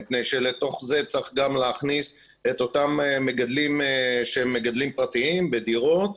מפני שלתוך זה צריך גם להכניס את אותם מגדלים שהם מגדלים פרטיים בדירות,